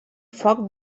foc